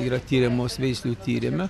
yra tiriamos veislių tyrime